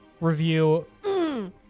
review